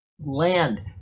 land